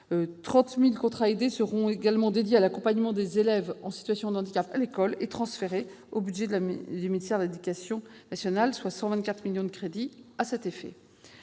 30 000 contrats aidés seront dédiés à l'accompagnement des élèves en situation de handicap à l'école et transférés au budget du ministère de l'éducation nationale, soit 124 millions d'euros de crédits à cet effet.